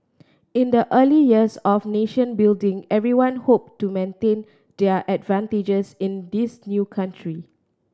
in the early years of nation building everyone hoped to maintain their advantages in this new country